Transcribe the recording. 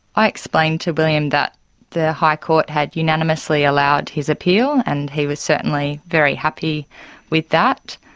i explained to william that the high court had unanimously allowed his appeal and he was certainly very happy with that.